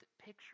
picture